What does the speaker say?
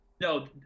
No